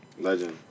Legend